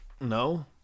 No